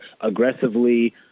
aggressively